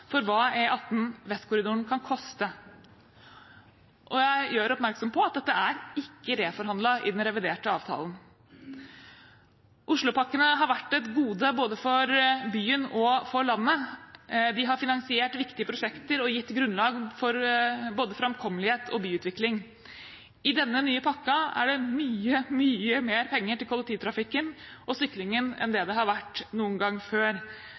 for hva E18 Vestkorridoren maksimalt kan koste. Jeg gjør oppmerksom på at dette ikke er reforhandlet i den reviderte avtalen. Oslopakkene har vært et gode både for byen og for landet. De har finansiert viktige prosjekter og gitt grunnlag for både framkommelighet og byutvikling. I denne nye pakken er det mye, mye mer penger til kollektivtrafikken og syklingen enn det har vært noen gang før.